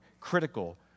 critical